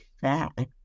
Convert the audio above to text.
fact